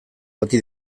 bati